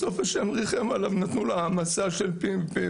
בסוף ה' ריחם עליו, נתנו לו העמסה של פינטונין,